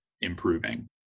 improving